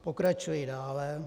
Pokračuji dále.